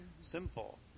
simple